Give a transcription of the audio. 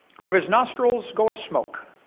out of his nostrils goeth smoke.